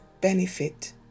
benefit